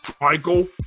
Michael